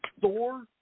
Thor